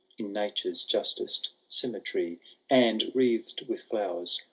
in nature justest symmetry and, wreathed with flowers,